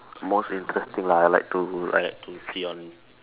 most interesting lah I like to I like to see on